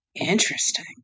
Interesting